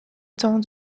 temps